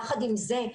יחד עם זאת,